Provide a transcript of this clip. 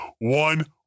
one